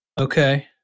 Okay